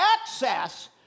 access